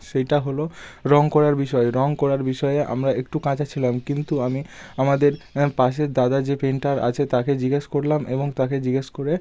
সেইটা হলো রঙ করার বিষয়ে রঙ করার বিষয়ে আমরা একটু কাঁচা ছিলাম কিন্তু আমি আমাদের পাশের দাদা যে পেন্টার আছে তাকে জিজ্ঞেস করলাম এবং তাকে জিজ্ঞেস করে